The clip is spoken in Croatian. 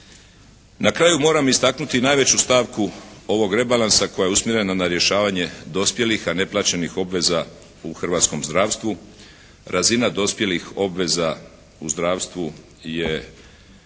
Na kraju moram istaknuti najveću stavku ovog rebalansa koja je usmjerena na rješavanje dospjelih a neplaćenih obveza u hrvatskom zdravstvu. Razina dospjelih obveza u zdravstvu je